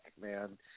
man